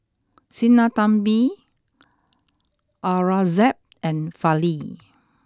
Sinnathamby Aurangzeb and Fali